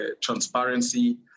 transparency